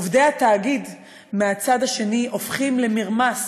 עובדי התאגיד מהצד השני הופכים למרמס